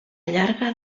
llarga